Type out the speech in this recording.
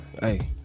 Hey